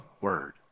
Word